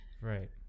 Right